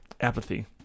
apathy